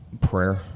prayer